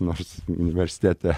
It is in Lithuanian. nors universitete